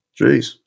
Jeez